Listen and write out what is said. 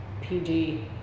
PG